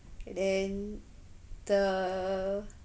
then the